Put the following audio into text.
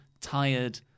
tired